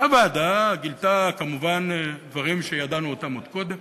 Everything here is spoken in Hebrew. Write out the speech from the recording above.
הוועדה גילתה כמובן דברים שידענו עוד קודם,